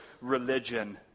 religion